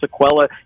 sequela